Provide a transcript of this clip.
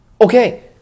Okay